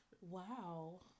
Wow